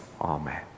Amen